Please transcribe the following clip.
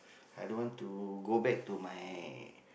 i don't want to go back to my